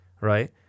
right